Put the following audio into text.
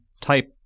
type